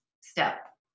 step